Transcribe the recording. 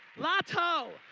lotto!